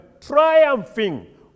triumphing